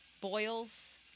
boils